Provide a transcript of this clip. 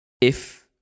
if-